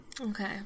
Okay